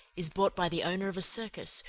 is bought by the owner of a circus,